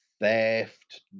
theft